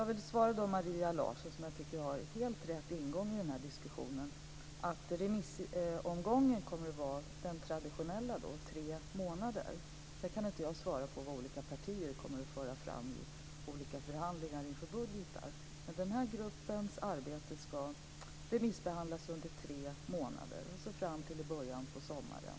Jag vill svara Maria Larsson, som jag tycker har en helt rätt ingång i diskussionen, att remissomgången kommer att vara den traditionella, tre månader. Sedan kan inte jag svara på vad olika partier kommer att föra fram i olika förhandlingar inför budgetar. Men den här gruppens arbete ska remissbehandlas under tre månader, fram till början av sommaren.